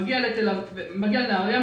מגיע לנהריה,